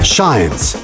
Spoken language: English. Science